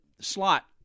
slot